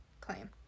claim